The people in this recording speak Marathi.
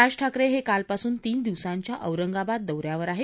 राज ठाकरे हे कालपासून तीन दिवसांच्या औरंगाबाद दौऱ्यावर आहेत